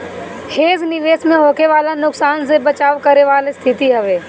hedge निवेश में होखे वाला नुकसान से बचाव करे वाला स्थिति हवे